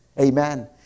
Amen